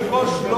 אדוני היושב-ראש,